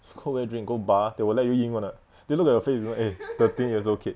go where drink go bar they'll let you in [one] ah they look at your face they know eh thirteen years old kid